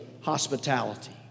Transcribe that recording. hospitality